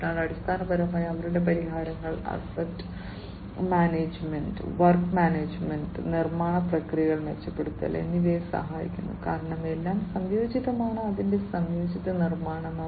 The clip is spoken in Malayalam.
അതിനാൽ അടിസ്ഥാനപരമായി അവരുടെ പരിഹാരങ്ങൾ അസറ്റ് മാനേജ്മെന്റ് വർക്ക് മാനേജ്മെന്റ് നിർമ്മാണ പ്രക്രിയകൾ മെച്ചപ്പെടുത്തൽ എന്നിവയിൽ സഹായിക്കും കാരണം എല്ലാം സംയോജിതമാണ് അതിന്റെ സംയോജിത നിർമ്മാണം